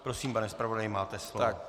Prosím, pane zpravodaji, máte slovo.